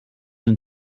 him